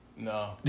no